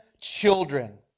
children